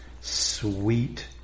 sweet